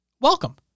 Welcome